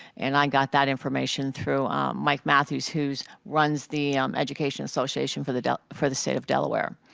and i got that information through mike matthews, who runs the education association for the for the state of delaware.